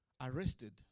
arrested